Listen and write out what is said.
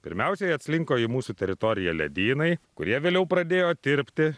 pirmiausiai atslinko į mūsų teritoriją ledynai kurie vėliau pradėjo tirpti